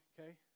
okay